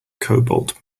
cobalt